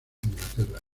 inglaterra